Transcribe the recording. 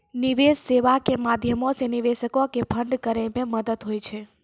निवेश सेबा के माध्यमो से निवेशको के फंड करै मे मदत होय छै